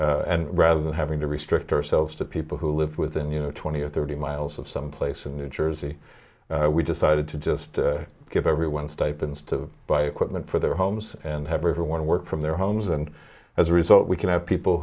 and rather than having to restrict ourselves to people who live within you know twenty or thirty miles of some place in new jersey we decided to just give everyone stipends to buy equipment for their homes and have everyone work from their homes and as a result we can have people